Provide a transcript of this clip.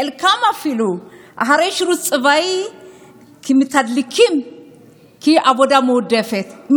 חלקם אפילו אחרי שירות צבאי כמתדלקים כעבודה מועדפת,